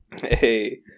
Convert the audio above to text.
hey